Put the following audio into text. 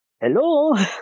Hello